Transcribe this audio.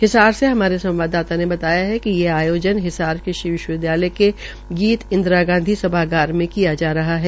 हिसार से हमारे संवाददाता ने बताया कि ये आयोजन कृषि विश्वविद्यालय हिसार गीत इंदिरा गांधी सभागार में किया जा रहा है